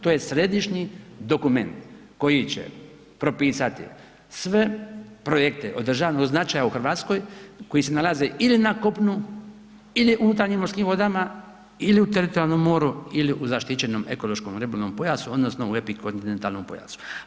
To je središnji dokument koji će propisati sve projekte od državnog značaja u Hrvatskoj koji se nalaze ili na kopnu, ili u unutarnjim morskim vodama, ili u teritorijalnom moru, ili u zaštićenom ekološko-ribolovnom pojasu odnosno u epikontinentalnom pojasu.